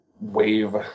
Wave